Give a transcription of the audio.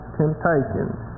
temptations